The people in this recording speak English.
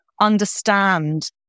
understand